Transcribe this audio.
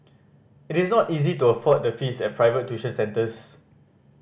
it is not easy to afford the fees at private tuition centres